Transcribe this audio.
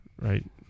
right